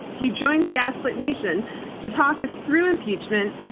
he joins gaslight nation to talk us through impeachment,